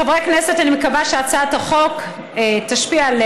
חברי הכנסת, אני מקווה שהצעת החוק תשפיע על